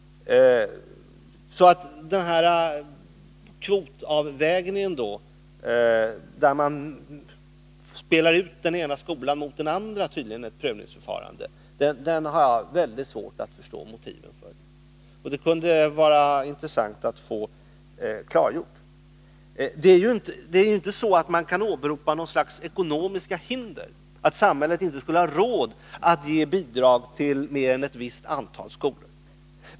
Den här kvotavvägningen, där man spelar ut den ena skolan mot den andra i prövningsförfarandet, har jag väldigt svårt att förstå motiven för, och det kunde vara intressant att få detta klargjort. Det är inte så att man kan åberopa något slags ekonomiska hinder — att samhället inte skulle ha råd att ge bidrag till mer än ett visst antal skolor.